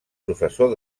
professor